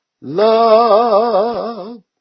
love